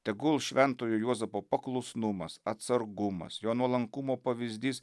tegul šventojo juozapo paklusnumas atsargumas jo nuolankumo pavyzdys